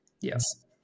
yes